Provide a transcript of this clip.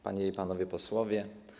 Panie i Panowie Posłowie!